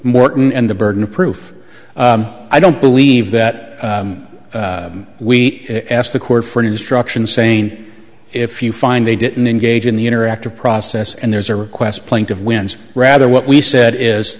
morton and the burden of proof i don't believe that we asked the court for an instruction saying if you find they didn't engage in the interactive process and there's a request plaintiff wins rather what we said is